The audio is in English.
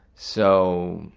so